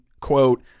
quote